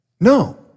No